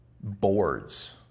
boards